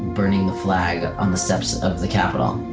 burning the flag on the steps of the capitol.